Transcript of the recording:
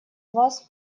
вас